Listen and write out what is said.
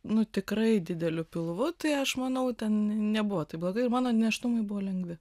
nu tikrai dideliu pilvu tai aš manau ten nebuvo taip blogai ir mano nėštumai buvo lengvi